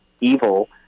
evil